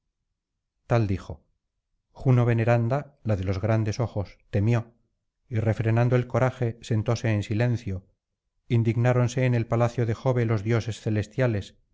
tal dijo juno veneranda la de los grandes ojos temió y refrenando el coraje sentóse en silencio indignáronse en el palacio de jove los dioses celestiales